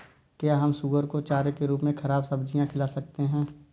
क्या हम सुअर को चारे के रूप में ख़राब सब्जियां खिला सकते हैं?